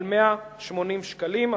על 180 שקלים.